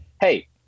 hey